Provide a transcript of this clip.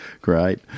Great